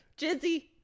Jizzy